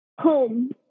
home